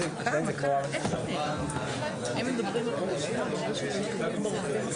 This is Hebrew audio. כמו שראיתי שקופות החולים לכאורה תומכים בו פה